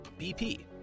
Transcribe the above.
BP